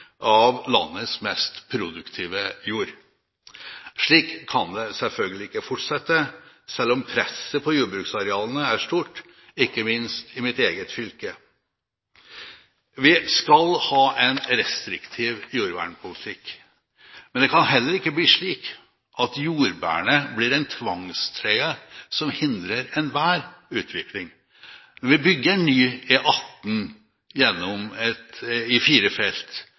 av landets mest produktive jord. Slik kan det selvfølgelig ikke fortsette, selv om presset på jordbruksarealene er stort, ikke minst i mitt eget fylke. Vi skal ha en restriktiv jordvernpolitikk, men det kan heller ikke bli slik at jordvernet blir en tvangstrøye som hindrer enhver utvikling. Når vi bygger ny E18 i fire felt, eller når vi legger nye dobbeltspor for jernbanen gjennom et